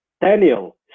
Daniel